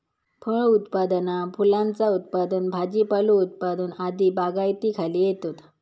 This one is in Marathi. फळ उत्पादना फुलांचा उत्पादन भाजीपालो उत्पादन आदी बागायतीखाली येतत